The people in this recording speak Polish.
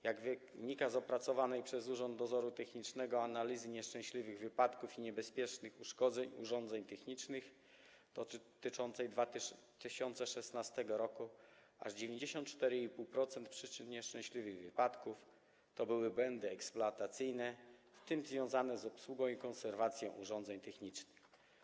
Jak wynika z opracowanej przez Urząd Dozoru Technicznego analizy nieszczęśliwych wypadków i niebezpiecznych uszkodzeń urządzeń technicznych dotyczącej 2016 r., aż 94,5% przyczyn nieszczęśliwych wypadków to błędy eksploatacyjne, w tym związane z obsługą i konserwacją urządzeń technicznych.